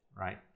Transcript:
right